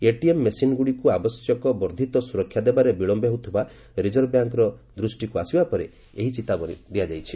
ATM ମେସିନ୍ଗୁଡ଼ିକୁ ଆବଶ୍ୟକ ବର୍ଦ୍ଧିତ ସୁରକ୍ଷା ଦେବାରେ ବିଳମ୍ବ ହେଉଥିବା ରିଜର୍ଭ ବ୍ୟାଙ୍କ୍ର ଦୃଷ୍ଟିକୁ ଆସିବା ପରେ ଏହି ଚେତାବନୀ ଦିଆଯାଇଛି